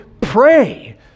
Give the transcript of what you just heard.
pray